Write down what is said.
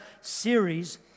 series